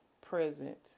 present